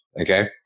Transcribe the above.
Okay